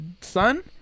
son